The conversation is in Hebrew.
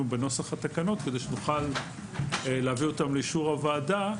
בנוסח התקנות כדי שנוכל להביא אותן לאישור הוועדה.